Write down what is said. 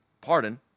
pardon